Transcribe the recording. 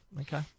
Okay